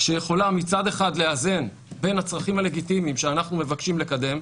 שיכולה מצד אחד לאזן בין הצרכים הלגיטימיים שאנחנו מבקשים לקדם,